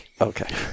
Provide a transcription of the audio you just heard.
Okay